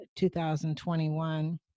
2021